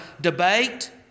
debate